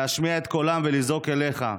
להשמיע את קולם ולזעוק אליך,